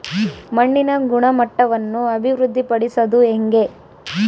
ಮಣ್ಣಿನ ಗುಣಮಟ್ಟವನ್ನು ಅಭಿವೃದ್ಧಿ ಪಡಿಸದು ಹೆಂಗೆ?